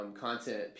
content